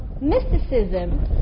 mysticism